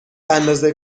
اندازه